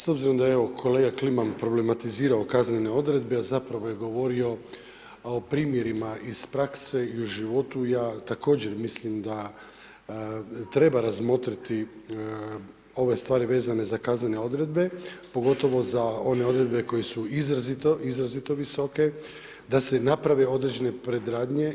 S obzirom da je evo kolega Kliman problematizirao kaznene odredbe, a govorio je o primjerima iz prakse i o životu ja također mislim da treba razmotriti ove stvari vezane za kaznene odredbe pogotovo za one odredbe koje su izrazito visoke da se naprave određene predradnje.